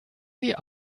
sie